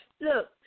Look